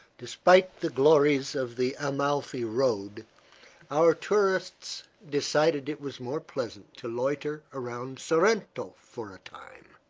despite the glories of the amalfi road our tourists decided it was more pleasant to loiter around sorrento for a time